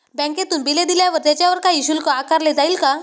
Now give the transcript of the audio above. बँकेतून बिले दिल्यावर त्याच्यावर काही शुल्क आकारले जाईल का?